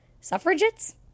Suffragettes